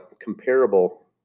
comparable